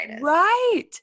Right